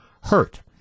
hurt